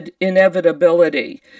inevitability